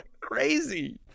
crazy